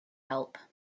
help